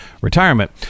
retirement